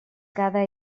cada